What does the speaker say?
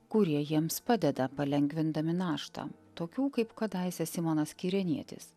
kurie jiems padeda palengvindami naštą tokių kaip kadaise simonas kirėnietis